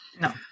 No